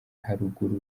haruguru